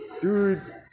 dude